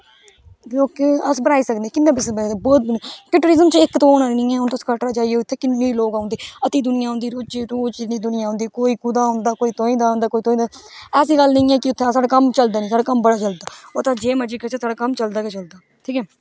बहूत किश अस बनाई सकने किन्ना किश बहूत टूरिजम च इक ते है नी ऐ हून तुस कटरा जाइयै किन्ने लोक औंदे अते दुनियां औंदी रोज इन्नी दुनिया औंदी कोई कुते दा ओंदा कोई तुआंई दा औंदा ऐसी गल्ल नेई ऐ कि उत्थै साढ़ा कम्म चलदा नेईं साढ़ा कम्म बड़ा चलदा ओह् तुस जेहड़ा मर्जी करो साढ़ा कम्म चलदा गै चलदा ठीक ऐ